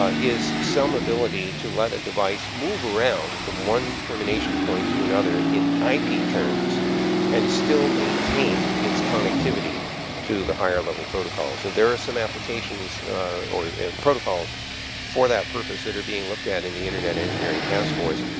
is some ability to let a device move around from one termination point to another in i p. terms and still maintain its connectivity to the higher-level protocols. there are some applications or protocols for that purpose that are being looked at in the internet engineering task force.